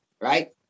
right